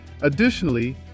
Additionally